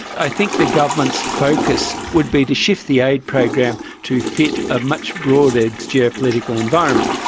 i think the government's focus would be to shift the aid program to fit a much broader geopolitical environment.